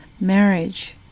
marriage